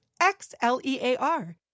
X-L-E-A-R